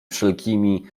wszelkimi